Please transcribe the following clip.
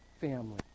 family